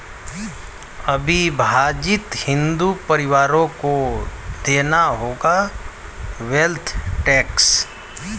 अविभाजित हिंदू परिवारों को देना होगा वेल्थ टैक्स